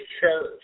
church